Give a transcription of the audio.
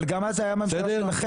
אבל גם אז זה היה בממשלה שלכם,